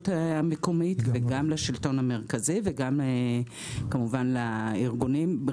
המקומית וגם לשלטון המקומי וגם כמובן לארגונים.